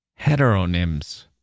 heteronyms